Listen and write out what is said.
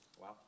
Wow